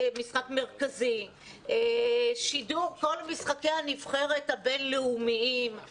אם לא יתחילו לשדר את משחקי הנבחרת הבין-לאומיים,